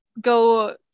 go